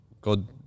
god